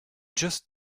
just